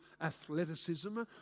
athleticism